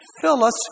Phyllis